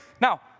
Now